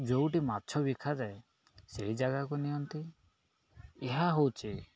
ଯେଉଁଠି ମାଛ ବିକା ଯାଏ ସେଇ ଜାଗାକୁ ନିଅନ୍ତି ଏହା ହେଉଛି